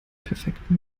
perfekten